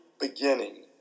beginning